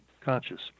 conscious